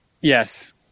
Yes